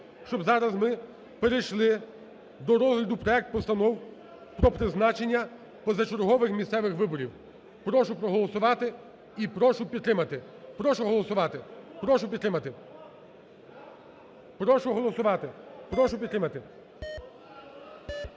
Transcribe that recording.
щоб зараз ми перейшли до розгляду проектів постанов про призначення позачергових місцевих виборів. Прошу проголосувати і прошу підтримати. Прошу голосувати, прошу підтримати.